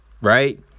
right